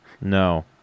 No